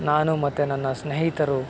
ನಾನು ಮತ್ತು ನನ್ನ ಸ್ನೇಹಿತರು